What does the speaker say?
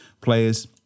players